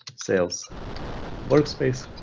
sales workspace.